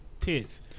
tits